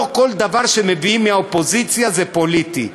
לא כל דבר שמביאים מהאופוזיציה זה פוליטי,